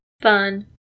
fun